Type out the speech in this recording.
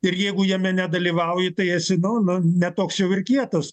ir jeigu jame nedalyvauji tai esi nu nu ne toks jau ir kietas